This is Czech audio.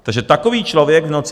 Takže takový člověk v noci u